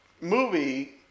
movie